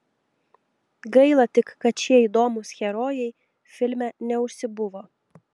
gaila tik kad šie įdomūs herojai filme neužsibuvo